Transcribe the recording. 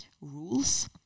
rules